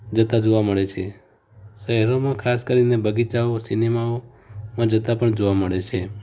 જતાં જોવા મળે છે શહેરોમાં ખાસ કરીને બગીચાઓ સિનેમાઓમાં જતાં પણ જોવા મળે છે